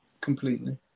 completely